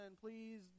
please